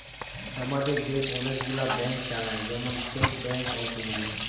আমাদের দেশ অনেক গুলো ব্যাংক চালায়, যেমন স্টেট ব্যাংক অফ ইন্ডিয়া